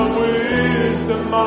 wisdom